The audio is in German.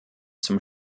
zum